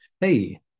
Hey